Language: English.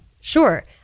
Sure